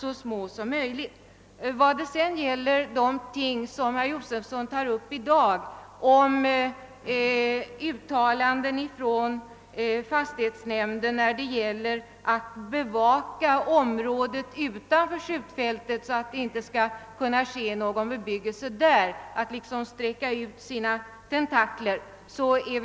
Herr Josefsson tog sedan upp ett uttalande från fastighetsnämnden om önskvärdheten för försvaret att sträcka ut sina tentakler även till områden utanför skjutfältet för att ingen bebyggelse skall kunna ske där.